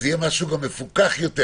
זה גם יהיה מפוקח יותר.